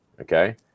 okay